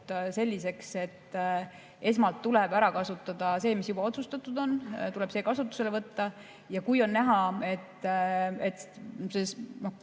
selliseks, et esmalt tuleb ära kasutada see raha, mis juba otsustatud on, tuleb see kasutusele võtta. Ja kui on näha, et kohe